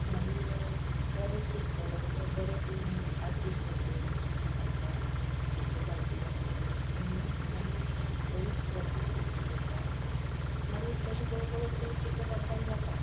मागीर बरें शिकतलो जाल्यार बरें तूं आर्टिस्ट जाल्लें जाल्यार चित्र काडपाक चित्र काडपी जाल्लें जाल्यार तें मागीर बरी प्रॅक्टीस करची पडटा आनी मागीर तशें करून करून तें चित्र काडपाक जाता